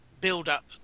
build-up